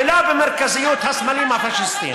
ולא במרכזיות הסמלים הפאשיסטיים.